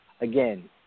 again